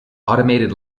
automated